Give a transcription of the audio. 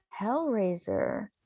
hellraiser